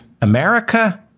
America